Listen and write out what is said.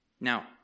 Now